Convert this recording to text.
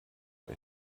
boy